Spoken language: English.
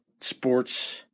sports